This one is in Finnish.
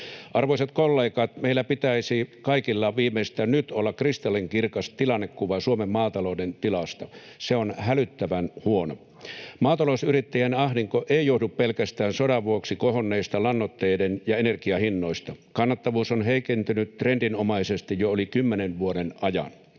Arvoisat kollegat, meillä kaikilla pitäisi viimeistään nyt olla kristallinkirkas tilannekuva Suomen maatalouden tilasta. Se on hälyttävän huono. Maatalousyrittäjien ahdinko ei johdu pelkästään sodan vuoksi kohonneista lannoitteiden ja energian hinnoista. Kannattavuus on heikentynyt trendinomaisesti jo yli kymmenen vuoden ajan.